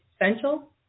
essential